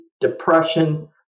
depression